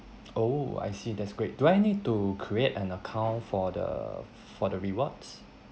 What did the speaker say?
oh I see that's great do I need to create an account for the for the rewards